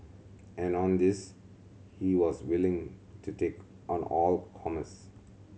and on this he was willing to take on all comers